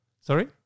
Sorry